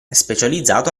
specializzato